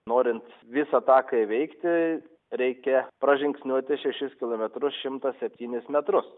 norint visą taką įveikti reikia pražingsniuoti šešis kilometrus šimtą septynis metrus